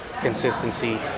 consistency